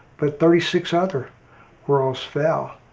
but thirty six other worlds fell.